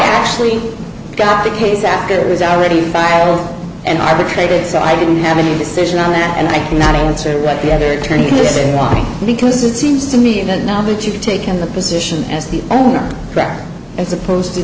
actually got the case after it was our ready file and arbitrated so i didn't have any decision on that and i can not answer what the other attorney this is why because it seems to me that now that you've taken the position as the owner back as opposed to